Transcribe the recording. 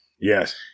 Yes